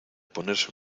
ponerse